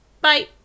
bye